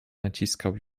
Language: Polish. naciskał